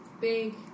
big